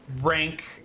rank